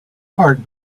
heart